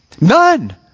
None